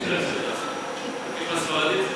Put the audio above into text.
ביקש מהספרדים סליחה.